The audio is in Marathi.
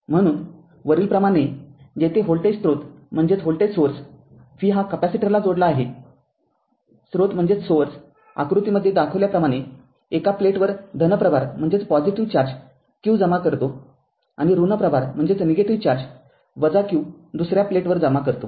म्हणून वरीलप्रमाणे जेथे व्होल्टेज स्त्रोत v हा कॅपेसिटरला जोडला आहे स्रोत आकृतीमध्ये दाखविल्याप्रमाणे एका प्लेटवर धन प्रभार q जमा करतो आणि ऋण प्रभार q दुसऱ्या प्लेटवर जमा करतो